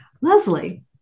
Leslie